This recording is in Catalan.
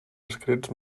escrits